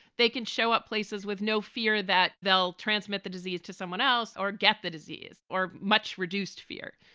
they can show up places with no fear that they'll transmit the disease to someone else or get the disease or much reduced fear.